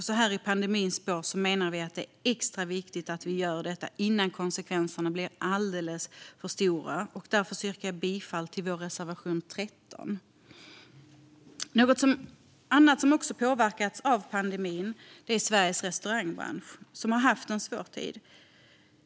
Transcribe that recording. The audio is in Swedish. Så här i pandemins spår menar vi att det är extra viktigt att göra detta, innan konsekvenserna blir alldeles för stora, och därför yrkar jag bifall till vår reservation 13. Något annat som har påverkats av pandemin är Sveriges restaurangbransch, som har haft en svår tid.